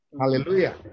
Hallelujah